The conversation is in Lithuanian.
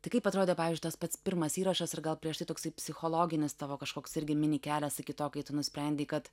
tai kaip atrodė pavyzdžiui tas pats pirmas įrašas ir gal prieš tai toksai psichologinis tavo kažkoks irgi mini kelias iki to kai tu nusprendei kad